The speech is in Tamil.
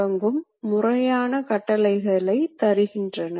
மேலும் அந்த ரீடர் இயக்கத்தை உருவாக்குகிறது